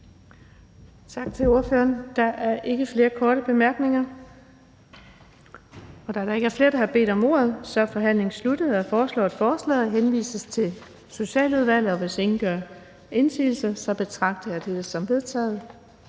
Tak til ordføreren. Der er ingen korte bemærkninger. Da der ikke er flere, der har bedt om ordet, er forhandlingen sluttet. Jeg foreslår, at forslaget henvises til Socialudvalget, og hvis ingen gør indsigelse, betragter jeg det som vedtaget.